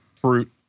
fruit